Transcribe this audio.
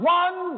one